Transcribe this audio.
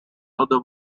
other